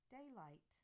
Daylight